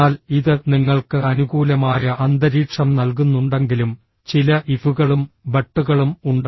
എന്നാൽ ഇത് നിങ്ങൾക്ക് അനുകൂലമായ അന്തരീക്ഷം നൽകുന്നുണ്ടെങ്കിലും ചില ഇഫുകളും ബട്ടുകളും ഉണ്ട്